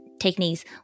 techniques